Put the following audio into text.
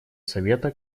совета